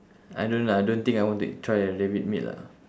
I don't lah I don't think I want to try a rabbit meat lah